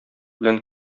белән